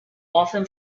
often